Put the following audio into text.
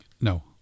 No